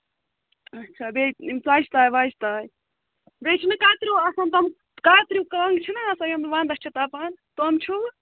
اچھا بیٚیہِ یِم ژۅچہٕ تاوِ وچہِ تاوِ بیٚیہِ چھُناہ کَتریو آسان توٚمُل کَتریو کَنٛگ چھُناہ آسان یِم وَنٛدَس چھُ تَپان تِم چھُوٕ